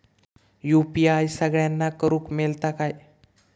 UPI सगळ्यांना करुक मेलता काय?